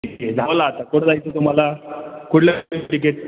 ठीक आहे झालं आता कुठं जायचं तुम्हाला कुठलं तिकीट